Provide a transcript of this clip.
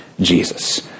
Jesus